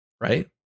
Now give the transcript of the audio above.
right